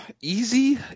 easy